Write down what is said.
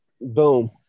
Boom